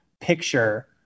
picture